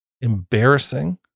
embarrassing